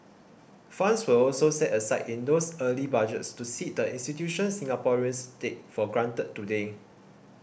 funds were also set aside in those early Budgets to seed the institutions Singaporeans take for granted today